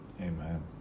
Amen